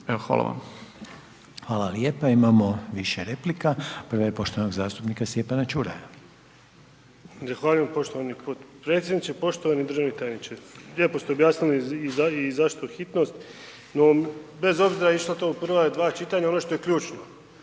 Željko (HDZ)** Hvala lijepa. Imamo više replika, prva je poštovanog zastupnika Stjepana Čuraja. **Čuraj, Stjepan (HNS)** Zahvaljujem poštovani potpredsjedniče, poštovani državni tajniče. Lijepo ste objasnili i zašto hitnost, no bez obzira išlo to u prva dva čitanja, ono što je ključno,